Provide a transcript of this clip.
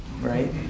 right